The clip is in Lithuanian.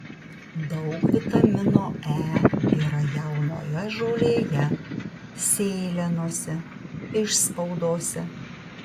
daug vitamino e yra jaunoje žolėje sėlenose išspaudose